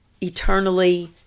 eternally